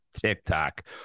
TikTok